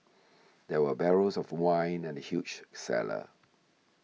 there were barrels of wine in the huge cellar